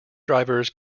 drivers